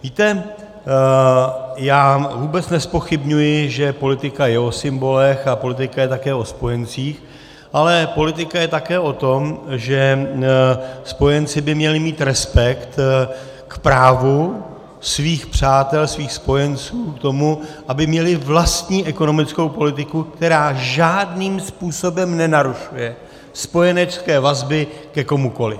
Víte, já vůbec nezpochybňuji, že politika je o symbolech, politika je také o spojencích, ale politika je také o tom, že spojenci by měli mít respekt k právu svých přátel, svých spojenců k tomu, aby měli vlastní ekonomickou politiku, která žádným způsobem nenarušuje spojenecké vazby ke komukoli.